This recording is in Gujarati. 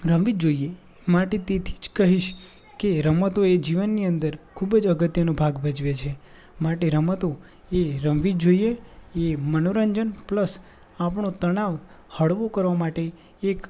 રમવી જ જોઈએ માટે તેથી જ કહીશ કે રમતો એ જીવનની અંદર ખૂબ જ અગત્યનો ભાગ ભજવે છે માટે રમતો એ રમવી જ જોઈએ એ મનોરંજન પ્લસ આપણો તણાવ હળવો કરવા માટે એક